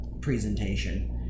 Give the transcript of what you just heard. presentation